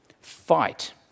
fight